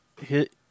hit